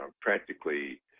practically